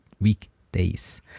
weekdays